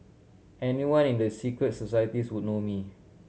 anyone in the secret societies would know me